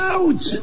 Out